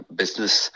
business